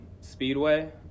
Speedway